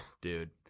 dude